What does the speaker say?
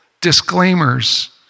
disclaimers